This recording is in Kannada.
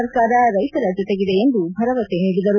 ಸರ್ಕಾರ ರೈತರ ಜೊತೆಗಿದೆ ಎಂದು ಭರವಸೆ ನೀಡಿದರು